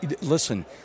Listen